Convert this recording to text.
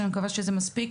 אני מקווה שזה מספיק,